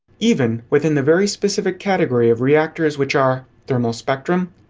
even within the very specific category of reactors which are thermal-spectrum,